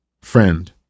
friend